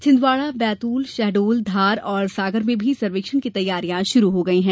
छिंदवाड़ा बैतूल शहडोल धार और सागर में सर्वेक्षण की तैयारियां शुरू हो गई है